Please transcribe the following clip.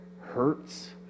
hurts